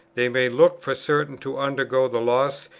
they may look for certain to undergo the loss,